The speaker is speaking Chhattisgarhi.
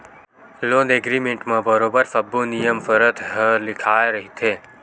लोन एग्रीमेंट म बरोबर सब्बो नियम सरत ह लिखाए रहिथे